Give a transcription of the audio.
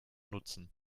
nutzen